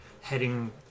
heading